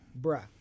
Bruh